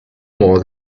more